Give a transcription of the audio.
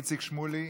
איציק שמולי,